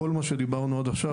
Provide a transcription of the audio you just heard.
כל מה שדיברנו עליו עד עכשיו,